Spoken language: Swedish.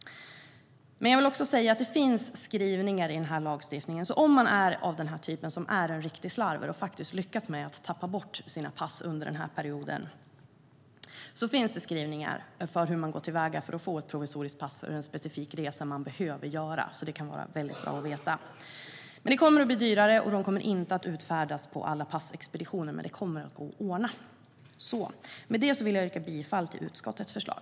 Men för den som är en riktig slarver och faktiskt lyckas med att tappa bort sina pass under den här perioden finns det skrivningar i lagstiftningen om hur man går till väga för att få ett provisoriskt pass för en specifik resa man behöver göra. Det kan vara väldigt bra att veta. Det kommer att bli dyrare, och det kommer inte att utfärdas på alla passexpeditioner. Men det kommer att gå att ordna. Med det vill jag yrka bifall till utskottets förslag.